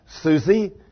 Susie